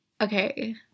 okay